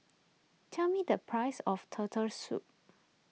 tell me the price of Turtle Soup